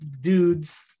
dudes